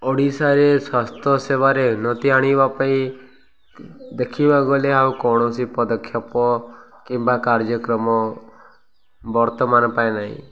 ଓଡ଼ିଶାରେ ସ୍ୱାସ୍ଥ୍ୟ ସେବାରେ ଉନ୍ନତି ଆଣିବା ପାଇଁ ଦେଖିବାକୁ ଗଲେ ଆଉ କୌଣସି ପଦକ୍ଷେପ କିମ୍ବା କାର୍ଯ୍ୟକ୍ରମ ବର୍ତ୍ତମାନ ପାଇଁ ନାହିଁ